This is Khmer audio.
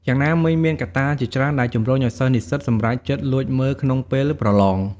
យ៉ាងណាមិញមានកត្តាជាច្រើនដែលជំរុញឱ្យសិស្សនិស្សិតសម្រេចចិត្តលួចមើលក្នុងពេលប្រឡង។